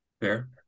Fair